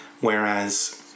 whereas